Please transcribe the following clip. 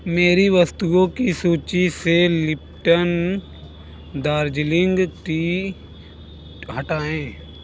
मेरी वस्तुओं की सूची से लिप्टन दार्जिलिंग टी हटाएँ